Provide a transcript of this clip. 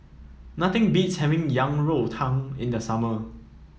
nothing beats having Yang Rou Tang in the summer